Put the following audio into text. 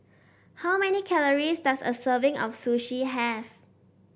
how many calories does a serving of Sushi have